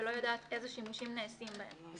ולא יודעת איזה שימושים נעשים בהם.